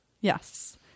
yes